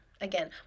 Again